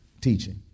teaching